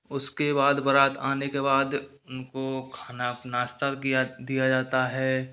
उसके बाद बारात आने के बाद उनको खाना नास्ता दिया दिया जाता है